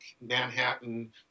Manhattan